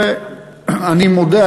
שאני מודה,